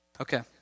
Okay